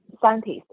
scientists